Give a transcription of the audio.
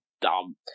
dumb